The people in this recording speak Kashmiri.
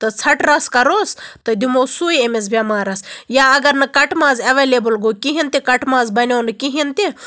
تہٕ ژھَٹہٕ رَس کَروس تہٕ دِمو سُے أمِس بیٚمارَس یا اَگَر نہٕ کَٹہٕ ماز اَیویلیبٕل گوٚو کِہیٖنٛۍ تہٕ کَٹہٕ ماز بَنیٚو نہٕ کِہیٖنٛۍ تہِ